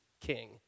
king